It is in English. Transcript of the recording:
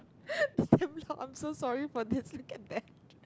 I'm so sorry for this look at that